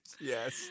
Yes